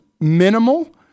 minimal